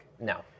No